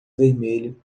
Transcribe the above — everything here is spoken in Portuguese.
vermelho